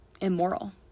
immoral